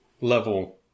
level